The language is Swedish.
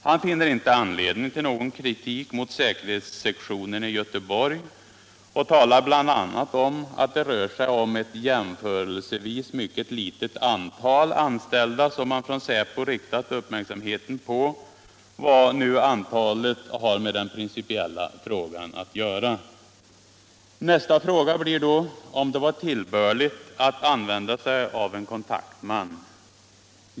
Han finner inte anledning till någon kritik mot säkerhetssektionen i Göteborg och talar bl.a. om att det rör sig om ”ett jämförelsevis mycket litet antal” anställda som man från Säpo riktat uppmärksamheten på — vad nu antalet har med den principiella frågan att göra. Nästa fråga blir då om det var tillbörligt att använda sig av en kontaktman.